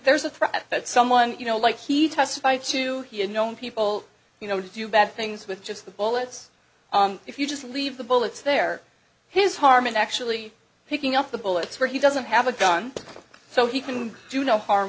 there's a threat that someone you know like he testified to he had known people you know to do bad things with just the bullets if you just leave the bullets there his harmon actually picking up the bullets where he doesn't have a gun so he can do no har